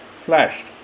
flashed